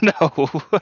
No